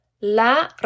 La